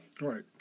Right